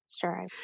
sure